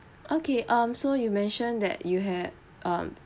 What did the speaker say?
okay um so you mention that you had um